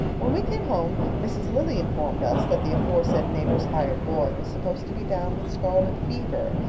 when we came home mrs. lilly informed us that the aforesaid neighbor's hired boy was supposed to be down with scarlet fever.